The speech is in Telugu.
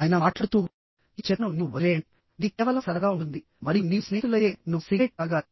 ఆయన మాట్లాడుతూఈ చెత్తను నీవు వదిలేయండి ఇది కేవలం సరదాగా ఉంటుంది మరియు నీవు స్నేహితులైతే నువ్వు సిగరేట్ త్రాగాలి